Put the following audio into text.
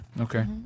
Okay